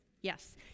Yes